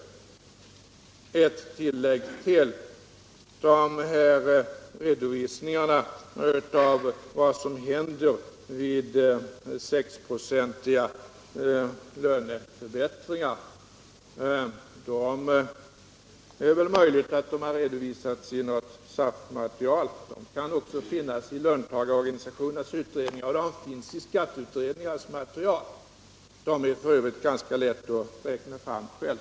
Ett tillägg till. Självfallet har väl redovisningarna av vad som händer vid sexprocentiga löneförbättringar förekommit i något SAF-material, men de kan också finnas i löntagarorganisationernas handlingar. De finns även i skatteutredningarnas material. Man kan f.ö. ganska lätt räkna fram detta själv.